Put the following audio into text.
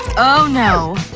oh no.